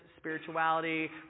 spirituality